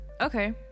Okay